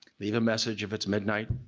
leave a message if it's midnight,